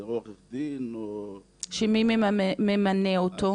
זה או עורך דין או --- ומי ממנה אותו?